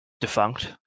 defunct